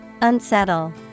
Unsettle